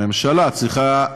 הממשלה צריכה,